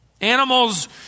Animals